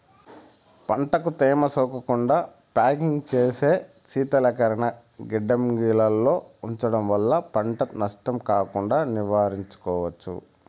పంటకు తేమ సోకకుండా ప్యాకింగ్ చేసి శీతలీకరణ గిడ్డంగులలో ఉంచడం వల్ల పంట నష్టం కాకుండా నివారించుకోవచ్చు